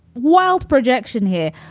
wild projection here.